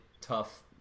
tough